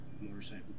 motorcycle